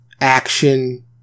action